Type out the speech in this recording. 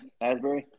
Asbury